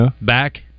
Back